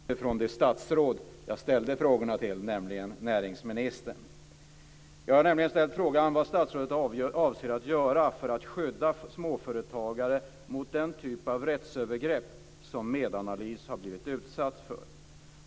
Fru talman! Först ber jag att få tacka statsrådet för svaren. Jag beklagar att jag inte anser mig ha fått svar på alla de frågor som jag har ställt, och inte heller från det statsråd jag ställde frågorna till, nämligen näringsministern. Jag har ställt frågan om vad statsrådet avser att göra för att skydda småföretagare mot den typ av rättsövergrepp som Medanalys har blivit utsatt för.